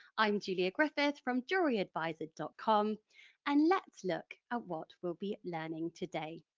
i'm julia griffith from jewelleryadvisor dot com and let's look at what we'll be learning today.